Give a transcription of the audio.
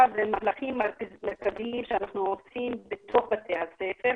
מהלכים שאנחנו עושים בתוך בתי הספר.